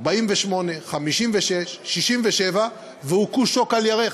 1948, 1956, 1967, והוכו שוק על ירך.